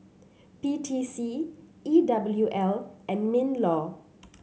P T C E W L and Minlaw